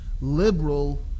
liberal